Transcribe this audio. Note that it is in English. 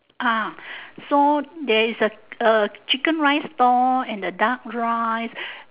ah so there is a a chicken rice store and a duck rice